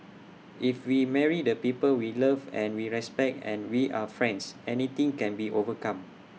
if we marry the people we love and we respect and we are friends anything can be overcome